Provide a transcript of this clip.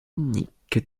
unique